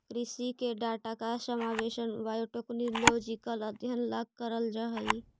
कृषि के डाटा का समावेश बायोटेक्नोलॉजिकल अध्ययन ला करल जा हई